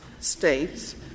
states